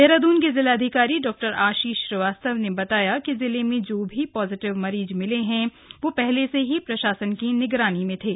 देहरादून के जिलाधिकारी डॉ आशीष श्रीवास्तव ने बताया है कि जिले में जो भी पॉजिटिव मरीज मिले है वह पहले से ही प्रशासन की निगरानी में थे